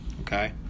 okay